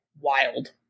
wild